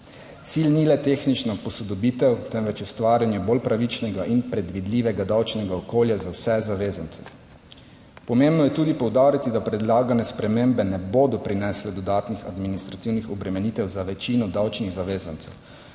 Cilj ni le tehnična posodobitev, temveč ustvarjanje bolj pravičnega in predvidljivega davčnega okolja za vse zavezance. Pomembno je tudi poudariti, da predlagane spremembe ne bodo prinesle dodatnih administrativnih obremenitev za večino davčnih zavezancev.